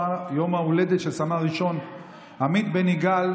יום ההולדת של סמל ראשון עמית בן יגאל,